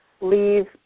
leave